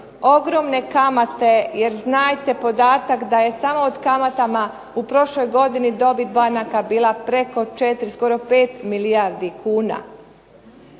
ogromne kamate jer znajte podatak da je samo od kamata u prošloj godini dobit banaka bila preko 4, skoro 5 milijardi kuna.